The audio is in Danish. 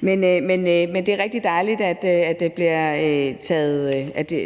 Det er rigtig dejligt, at